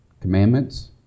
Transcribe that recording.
commandments